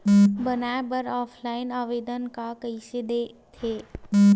बनाये बर ऑफलाइन आवेदन का कइसे दे थे?